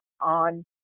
on